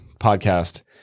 podcast